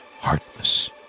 Heartless